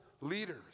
leaders